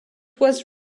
was